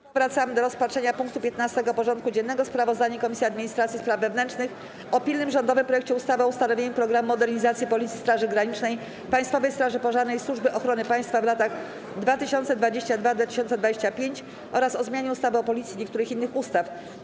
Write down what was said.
Powracamy do rozpatrzenia punktu 15. porządku dziennego: Sprawozdanie Komisji Administracji i Spraw Wewnętrznych o pilnym rządowym projekcie ustawy o ustanowieniu „Programu modernizacji Policji, Straży Granicznej, Państwowej Straży Pożarnej i Służby Ochrony Państwa w latach 2022-2025” oraz o zmianie ustawy o Policji i niektórych innych ustaw.